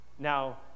Now